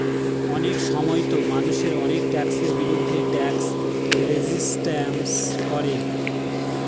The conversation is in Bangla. অনেক সময়তো মানুষ অনেক ট্যাক্সের বিরুদ্ধে ট্যাক্স রেজিস্ট্যান্স করে